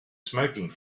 smoking